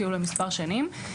אפילו למספר שנים.